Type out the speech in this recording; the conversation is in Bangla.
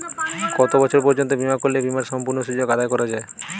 কত বছর পর্যন্ত বিমা করলে বিমার সম্পূর্ণ সুযোগ আদায় করা য়ায়?